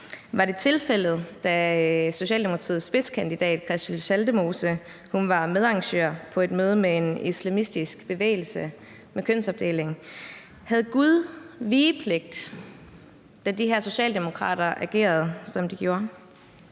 Var det tilfældet, da Socialdemokratiets spidskandidat Christel Schaldemose var medarrangør på et møde med en islamistisk bevægelse med kønsopdeling? Havde Gud vigepligt, da de her socialdemokrater agerede, som de gjorde?